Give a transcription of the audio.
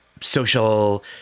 social